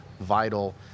vital